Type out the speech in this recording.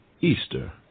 Easter